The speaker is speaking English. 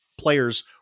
players